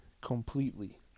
Completely